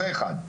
זה אחד.